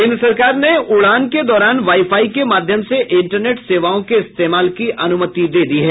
केन्द्र सरकार ने उड़ान के दौरान वाईफाई के माध्यम से इंटरनेट सेवाओं के इस्तेमाल की अनुमति दे दी है